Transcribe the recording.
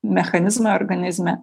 mechanizmai organizme